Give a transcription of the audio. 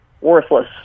worthless